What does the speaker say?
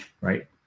right